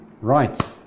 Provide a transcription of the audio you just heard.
right